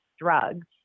drugs